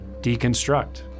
deconstruct